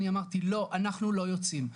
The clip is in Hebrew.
אני אמרתי לא אנחנו לא יוצאים,